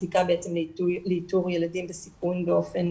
בדיקה בעצם לאיתור ילדים בסיכון באופן